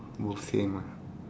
both same ah